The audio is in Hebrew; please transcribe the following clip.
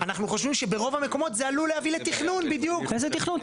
אנחנו חושבים שברוב המקומות זה עלול להוביל לתכנון איזה תכנון.